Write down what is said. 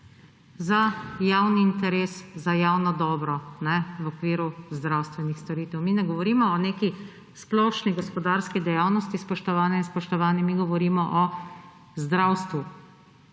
za javni interes, za javno dobro v okviru zdravstvenih storitev. Mi ne govorimo o neki splošni gospodarski dejavnosti, spoštovane in spoštovani, mi govorimo o zdravstvu.